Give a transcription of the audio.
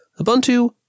Ubuntu